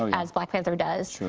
as black panther does.